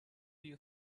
you